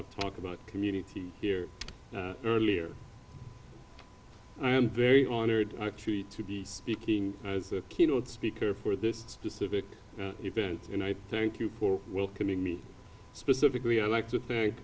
of talk about community here earlier i am very honored actually to be speaking as a keynote speaker for this specific event and i thank you for welcoming me specifically i'd like to think